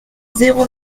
zéro